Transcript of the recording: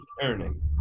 turning